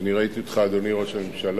אני ראיתי אותך, אדוני ראש הממשלה,